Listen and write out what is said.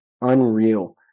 unreal